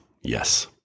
yes